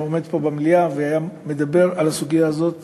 פה במליאה ומדבר על הסוגיה הזאת